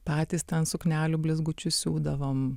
patys ten suknelių blizgučių siūdavom